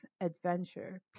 adventure